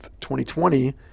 2020